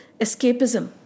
escapism